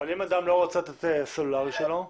אבל אם אדם לא רוצה לתת את מספר הסלולרי שלו?